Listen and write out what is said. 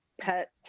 pet